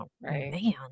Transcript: man